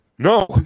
No